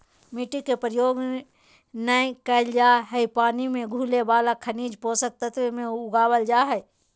मिट्टी के प्रयोग नै करल जा हई पानी मे घुले वाला खनिज पोषक तत्व मे उगावल जा हई